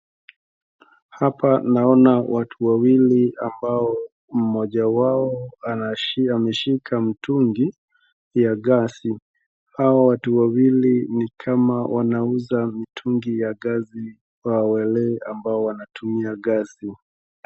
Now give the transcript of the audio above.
Hapa naona watu wawili ambao mmoja wao ameshika mtungi wa gesi. Hawa watu wawili nikama wanauza mitungi ya gesi kwa wale ambao wanatumia gesi.